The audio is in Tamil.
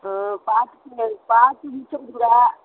ம் பார்த்து எங்களுக்கு பார்த்து முடிச்சிக்கொடுங்க